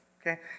okay